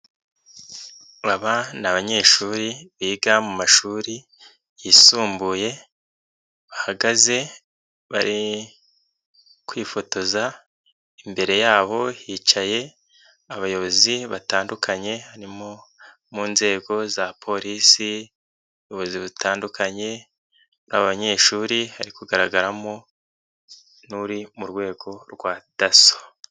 Aba n abanyeshuri biga mu mashuri yisumbuye, bahagaze bari kwifotoza, imbere yabo hicaye abayobozi batandukanye, barimo abo mu nzego za polisi, ubuyobozi butandukanye, muri abanyeshuri hari kugaragaramo n'uri mu rwego rwa dasso.